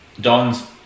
Dons